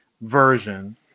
version